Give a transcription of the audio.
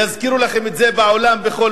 יזכירו לכם את זה בעולם בכל